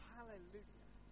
Hallelujah